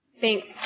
Thanks